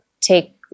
take